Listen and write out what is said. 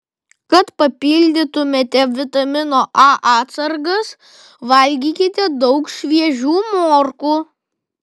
kad papildytumėte vitamino a atsargas valgykite daug šviežių morkų